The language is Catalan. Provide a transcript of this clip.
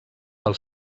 pel